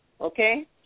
Okay